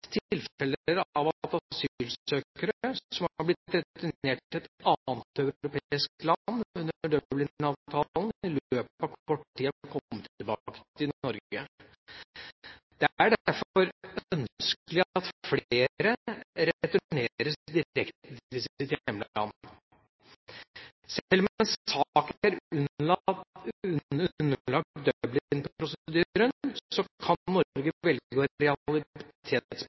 har blitt returnert til et annet europeisk land under Dublin-avtalen, i løpet av kort tid har kommet tilbake til Norge. Det er derfor ønskelig at flere returneres direkte til sitt hjemland. Selv om en sak er underlagt Dublin-prosedyren, kan Norge